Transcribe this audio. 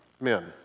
men